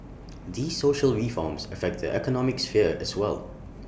these social reforms affect the economic sphere as well